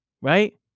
Right